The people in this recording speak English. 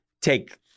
take